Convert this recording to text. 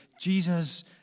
Jesus